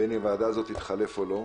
בין אם הוועדה הזו תתחלף או לא.